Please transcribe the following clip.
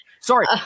sorry